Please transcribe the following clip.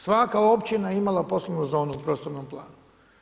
Svaka općina je imala poslovnu zonu u prostornom planu.